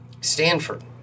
Stanford